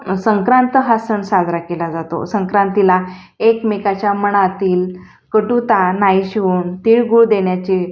संक्रांत हा सण साजरा केला जातो संक्रांतीला एकमेकाच्या मनातील कटुता नाहीशी होऊन तिळगूळ देण्याचे